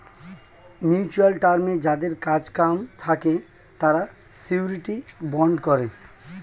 mutual টার্মে যাদের কাজ কাম থাকে তারা শিউরিটি বন্ড করে